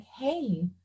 Hey